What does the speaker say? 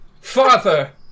Father